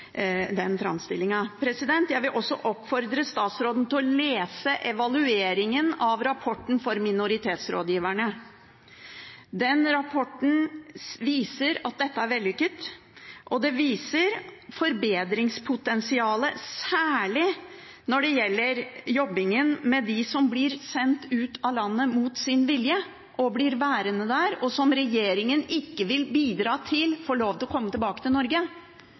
den framstillingen. Jeg vil også oppfordre statsråden til å lese evalueringen av rapporten for minoritetsrådgiverne. Den rapporten viser at dette er vellykket, og det viser forbedringspotensialet, særlig når det gjelder å jobbe med dem som blir sendt ut av landet mot sin vilje og blir værende der, og som regjeringen ikke vil bidra til får lov til å komme tilbake til Norge,